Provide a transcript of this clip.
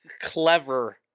clever